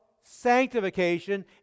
sanctification